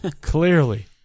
clearly